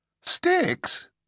Sticks